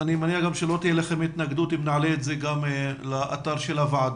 אני מניח שלא תהיה לכם התנגדות שנעלה את זה לאתר הוועדה